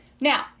Now